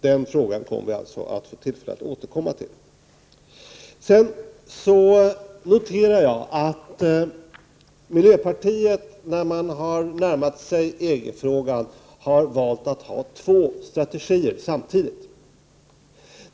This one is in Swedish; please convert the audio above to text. Den frågan kommer vi att få tillfälle att återkomma till. Jag noterar att man inom miljöpartiet, när man har närmat sig EG-frågan, har valt att samtidigt ha två strategier.